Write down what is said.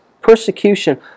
persecution